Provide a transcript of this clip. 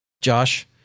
Josh